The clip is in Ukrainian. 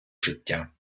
життя